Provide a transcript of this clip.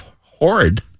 horrid